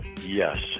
Yes